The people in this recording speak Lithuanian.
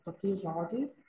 tokiais žodžiais